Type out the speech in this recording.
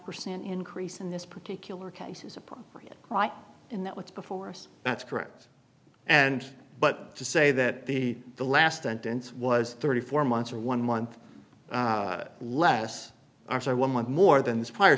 percent increase in this particular case is appropriate right and that was before us that's correct and but to say that the the last sentence was thirty four months or one month less are one month more than the prior